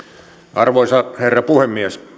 arvoisa herra puhemies